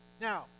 Now